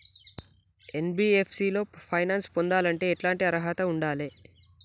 NBFC లో finance పొందాలంటే ఎట్లాంటి అర్హత ఉండాలే?